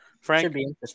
Frank